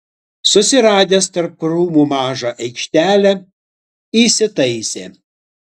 susiradęs tarp krūmų mažą aikštelę įsitaisė